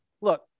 look